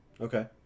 Okay